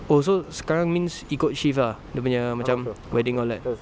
oh so sekarang means ikut shift ah dia punya macam wedding or like